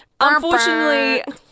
Unfortunately